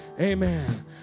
Amen